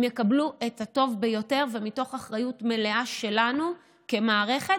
הם יקבלו את הטוב ביותר ומתוך אחריות מלאה שלנו כמערכת,